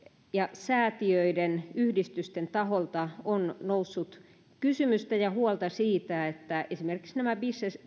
säätiöiden ja yhdistysten taholta on noussut kysymyksiä ja huolta siitä että esimerkiksi nämä